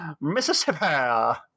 Mississippi